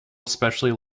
especially